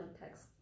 text